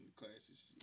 classes